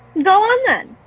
go on then.